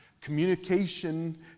communication